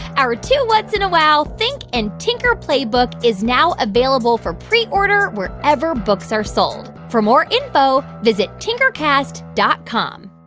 our two whats? and a wow! think and tinker playbook is now available for preorder wherever books are sold. for more info, visit tinkercast dot com